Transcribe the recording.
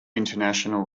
international